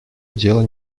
дела